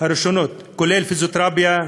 כולל פיזיותרפיה,